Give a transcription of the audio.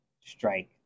strike